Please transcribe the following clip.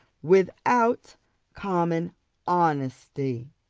without common honesty.